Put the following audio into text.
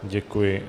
Děkuji.